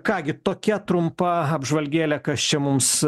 ką gi tokia trumpa apžvalgėlė kas čia mums